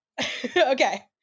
Okay